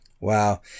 Wow